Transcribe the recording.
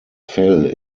fell